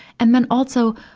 and then, also,